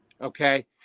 okay